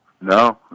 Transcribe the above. No